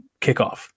kickoff